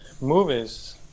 Movies